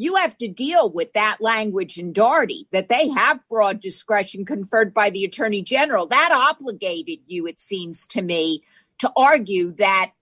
you have to deal with that language and dharti that they have broad discretion conferred by the attorney general that obligated you it seems to me to argue that